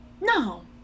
No